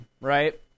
right